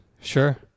Sure